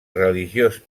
religiós